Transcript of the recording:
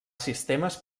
sistemes